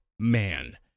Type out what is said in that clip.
man